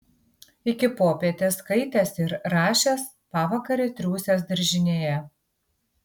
iki popietės skaitęs ir rašęs pavakare triūsęs daržinėje